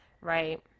right